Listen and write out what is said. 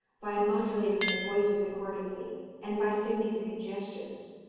by modulating their voices accordingly, and by significant gestures.